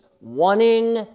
wanting